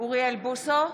אוריאל בוסו,